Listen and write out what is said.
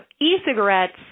E-cigarettes